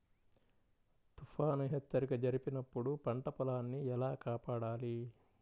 తుఫాను హెచ్చరిక జరిపినప్పుడు పంట పొలాన్ని ఎలా కాపాడాలి?